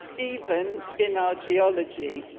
even in our geology.